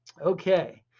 Okay